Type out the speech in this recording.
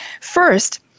First